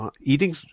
eating